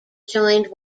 joined